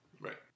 Right